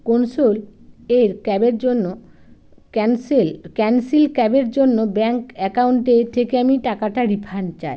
cancel এর ক্যাবের জন্য ক্যানসেল ক্যানসেল ক্যাবের জন্য ব্যাঙ্ক অ্যাকাউন্টের থেকে আমি টাকাটা রিফান্ড চাই